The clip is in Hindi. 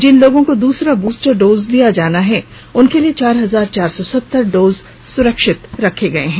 जिन लोगों को दूसरा ब्रूस्टर डोज दिया जाना है उनके लिए चार हजार चार सौ सत्तर डोज सुरक्षित रखे गए हैं